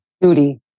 Duty